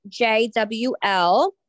jwl